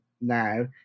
now